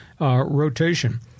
rotation